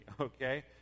okay